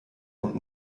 und